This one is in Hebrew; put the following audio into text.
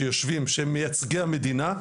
שהם מייצגי המדינה,